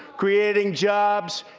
creating jobs,